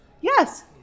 Yes